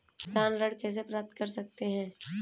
किसान ऋण कैसे प्राप्त कर सकते हैं?